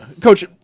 Coach